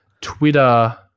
Twitter